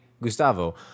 Gustavo